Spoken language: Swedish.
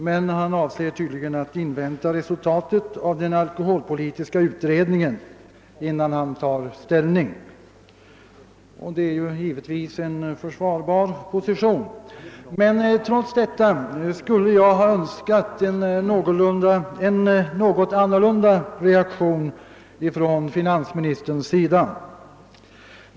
Men finansministern avser tydligen att invänta resultatet av den alkoholpolitiska utredningens arbete innan han tar ställning, och det är givetvis en försvarbar position. Trots detta skulle jag emellertid ha önskat en något annorlunda reaktion från finansministerns sida.